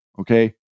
Okay